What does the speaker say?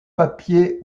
papier